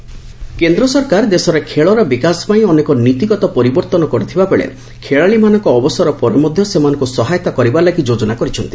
Khelo India କେନ୍ଦ୍ର ସରକାର ଦେଶରେ ଖେଳର ବିକାଶ ପାଇଁ ଅନେକ ନୀତିଗତ ପରିବର୍ତ୍ତନ କରିଥିବାବେଳେ ଖେଳାଳିମାନଙ୍କ ଅବସର ପରେ ମଧ୍ୟ ସେମାନଙ୍କୁ ସହାୟତା କରିବାଲାଗି ଯୋଜନା କରିଛନ୍ତି